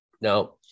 Now